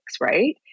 right